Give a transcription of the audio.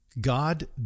God